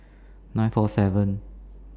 nine four seven